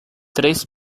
três